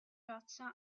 roccia